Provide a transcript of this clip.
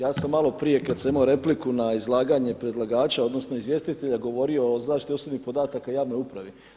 Ja sam malo prije kad sam imao repliku na izlaganje predlagača odnosno, izvjestitelja, govorio o zaštiti osobnih podataka javne uprave.